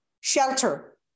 shelter